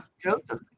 Joseph